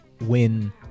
win